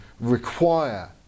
require